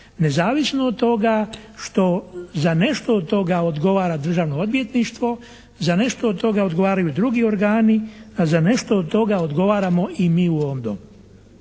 nezavisno od toga što za nešto od toga odgovara Državno odvjetništvo, za nešto od toga odgovaraju drugi organi, a za nešto od toga odgovaramo i mi u ovom Domu,